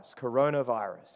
coronavirus